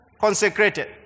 consecrated